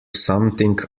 something